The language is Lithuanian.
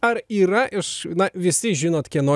ar yra iš na visi žinot kieno